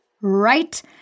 Right